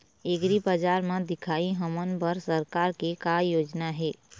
एग्रीबजार म दिखाही हमन बर सरकार के का योजना हे?